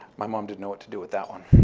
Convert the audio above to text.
my mom didn't know what to do with that one.